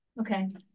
Okay